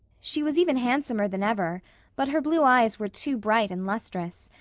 she was even handsomer than ever but her blue eyes were too bright and lustrous,